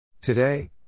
Today